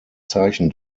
zeichen